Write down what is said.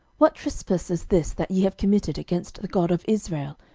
what trespass is this that ye have committed against the god of israel,